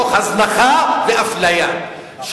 מתוך הזנחה ואפליה,